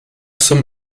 zum